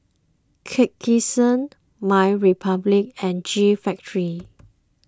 MyRepublic and G Factory